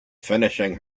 finishing